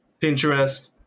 Pinterest